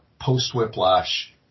post-whiplash